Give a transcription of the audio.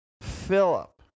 Philip